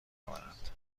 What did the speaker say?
آورند